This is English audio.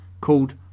called